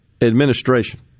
administration